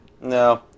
No